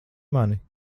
mani